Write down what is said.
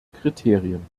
kriterien